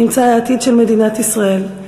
נמצא העתיד של מדינת ישראל.